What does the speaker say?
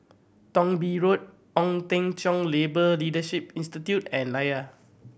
Thong Bee Road Ong Teng Cheong Labour Leadership Institute and Layar